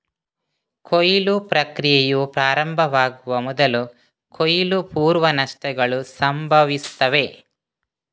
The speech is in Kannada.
ಕೊಯ್ಲು ಪ್ರಕ್ರಿಯೆಯು ಪ್ರಾರಂಭವಾಗುವ ಮೊದಲು ಕೊಯ್ಲು ಪೂರ್ವ ನಷ್ಟಗಳು ಸಂಭವಿಸುತ್ತವೆ